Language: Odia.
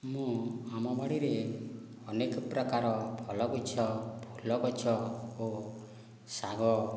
ମୁଁ ଆମ ବାଡ଼ିରେ ଅନେକ ପ୍ରକାର ଫଳ ଗଛ ଫୁଲ ଗଛ ଓ ଶାଗ